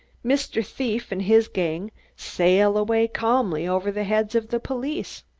mr. thief and his gang sail away calmly over the heads of the police.